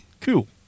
Cool